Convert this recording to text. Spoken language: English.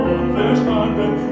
Unverstanden